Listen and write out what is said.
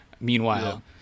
meanwhile